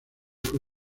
fue